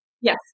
Yes